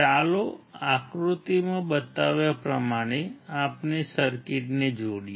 ચાલો આકૃતિમાં બતાવ્યા પ્રમાણે સર્કિટને જોડીએ